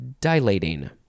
dilating